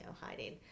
hiding